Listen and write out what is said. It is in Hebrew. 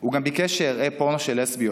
הוא גם ביקש שאראה פורנו של לסביות